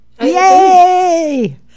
Yay